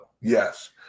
Yes